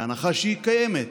בהנחה שהיא קיימת,